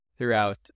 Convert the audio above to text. throughout